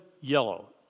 yellow